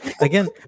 again